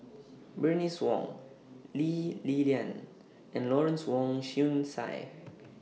Bernice Wong Lee Li Lian and Lawrence Wong Shyun Tsai